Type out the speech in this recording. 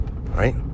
right